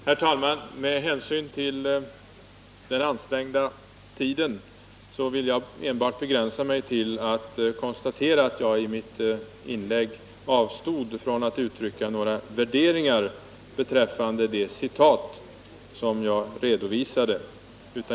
Herr talman! Med hänsyn till den knappa tiden vill jag begränsa mig till att enbart deklarera att jag i mitt inlägg avstod från att uttrycka några värderingar beträffande de citat som jag redovisade.